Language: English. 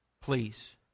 Please